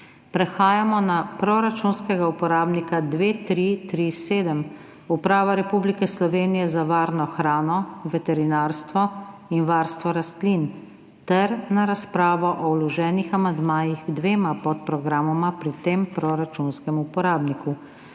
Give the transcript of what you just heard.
Prehajamo na proračunskega uporabnika 2337 Uprava Republike Slovenije za varno hrano, veterinarstvo in varstvo rastlin ter na razpravo o vloženih amandmajih k dvema podprogramoma pri tem proračunskem uporabniku.